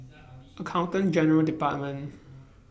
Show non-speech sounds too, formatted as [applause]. [noise] Accountant General's department